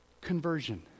conversion